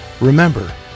Remember